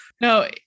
no